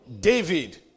David